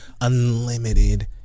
unlimited